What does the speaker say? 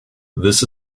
this